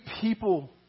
people